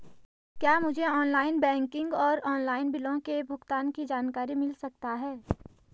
क्या मुझे online banking और ऑनलाइन बिलों के भुगतान की जानकारी मिल सकता है?